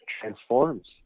transforms